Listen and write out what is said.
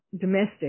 domestic